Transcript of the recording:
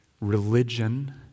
religion